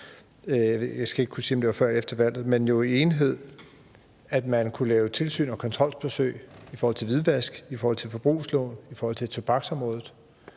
jeg skal ikke kunne sige, om det var før eller efter valget, men det var jo i enighed – at man kunne lave tilsyn og kontrolbesøg i forhold til hvidvask, i forhold til forbrugslån, i forhold til tobaksområdet,